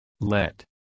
Let